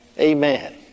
Amen